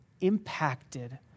impacted